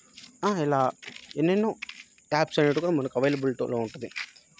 ఇలా ఎన్నెన్నో యాప్స్ అనేటివి కూడా మనకు అవైలబిలిటీలో ఉంటుంది